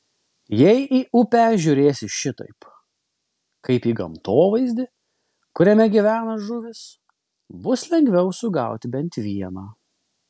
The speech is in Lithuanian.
jei į upę žiūrėsi šitaip kaip į gamtovaizdį kuriame gyvena žuvys bus lengviau sugauti bent vieną